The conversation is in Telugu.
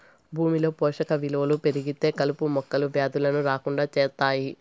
భూమిలో పోషక విలువలు పెరిగితే కలుపు మొక్కలు, వ్యాధులను రాకుండా చేత్తాయి